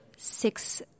Six